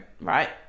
right